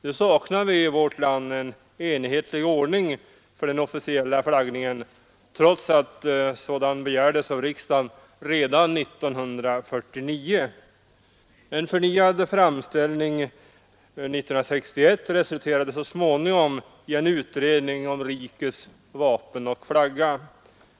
Nu saknar vi i vårt land en enhetlig ordning för den officiella flaggningen trots att sådan begärdes av riksdagen redan 1949. En förnyad framställning 1961 resulterade så småningom i en utredning om rikets vapen och flagga.